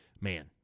Man